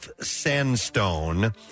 sandstone